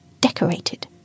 decorated